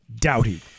Doughty